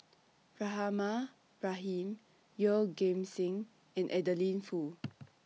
Rahimah Rahim Yeoh Ghim Seng and Adeline Foo